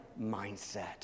mindset